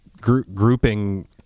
grouping